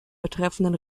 betreffenden